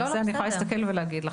אני יכולה להסתכל ולהגיד לכם.